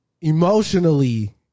emotionally